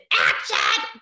action